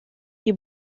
die